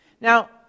Now